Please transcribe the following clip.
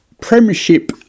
Premiership